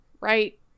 right